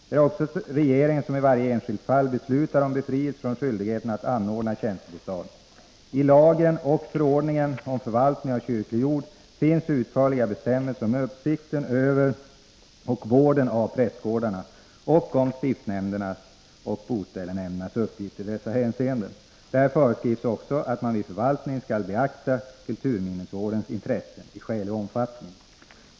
Det är också regeringen som i varje enskilt fall beslutar om befrielse från skyldigheten att anordna tjänstebostad. I lagen och förordningen om förvaltning av kyrklig jord finns utförliga bestämmelser om uppsikten över och vården av prästgårdarna och om stiftsnämndernas och boställsnämndernas uppgifter i dessa hänseenden. Där föreskrivs också att man vid förvaltningen skall beakta kulturminnesvårdens intressen i skälig omfattning.